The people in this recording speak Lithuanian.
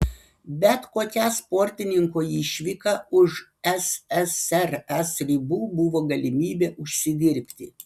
bet kokia sportininko išvyka už ssrs ribų buvo galimybė užsidirbti